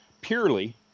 purely